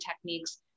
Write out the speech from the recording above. techniques